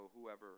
whoever